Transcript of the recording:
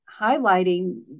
highlighting